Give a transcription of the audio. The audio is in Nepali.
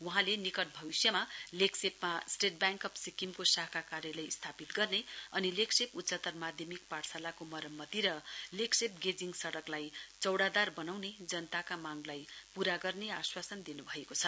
वहाँले निकट भविष्यमा लेग्शेपका स्टेट ब्याङ्क अव् सिक्किमको शाखा कार्यालय स्थापित गर्ने अनि लेग्शेप उच्चतर माध्यमिक पाठशालाको मरम्मति र लेग्शेप गेजिङ सडकलाई चौडादार बनाउने जनताको मागलाई पूरा गर्ने आश्वासन दिन् भएको छ